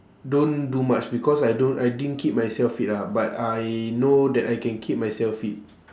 don't do much because I don't I didn't keep myself fit ah but I know that I can keep myself fit